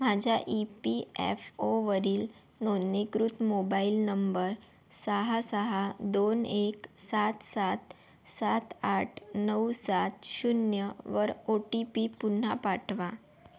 माझ्या E P F ओवरील नोंदणीकृत मोबाईल नंबर सहा सहा दोन एक सात सात सात आठ नऊ सात शून्यवर ओ टी पी पुन्हा पाठवा